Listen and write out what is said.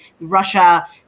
russia